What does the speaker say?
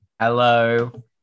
Hello